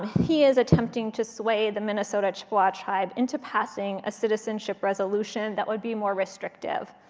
he is attempting to sway the minnesota chippewa tribe into passing a citizenship resolution that would be more restrictive.